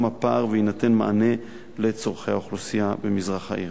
הפער ויינתן מענה לצורכי האוכלוסייה במזרח העיר.